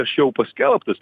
anksčiau paskelbtas